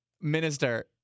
Minister